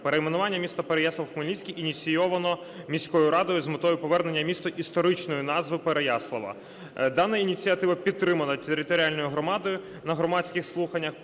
Перейменування міста Переяслав-Хмельницький ініційовано міською радою з метою повернення місту історичної назви Переяслава. Дана ініціатива підтримана територіальною громадою на громадських слуханнях,